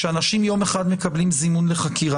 שבה יום אחד אנשים מקבלים זימון לחקירה.